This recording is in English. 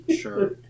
Sure